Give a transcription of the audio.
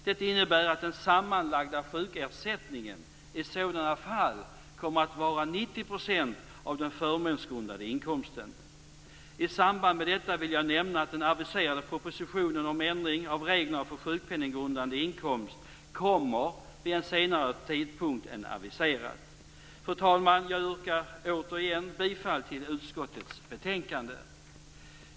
Det innebär att den sammanlagda sjukersättningen i sådana fall kommer att vara 90 % I samband med detta vill jag nämna att den aviserade propositionen om ändringar av reglerna för sjukpenninggrundande inkomst kommer vid en senare tidpunkt än aviserat. Fru talman! Jag yrkar återigen bifall till utskottets hemställan.